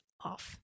off